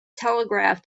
telegraph